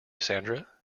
sandra